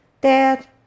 Dad